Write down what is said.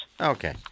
Okay